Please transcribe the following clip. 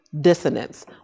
dissonance